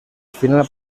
final